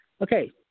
Okay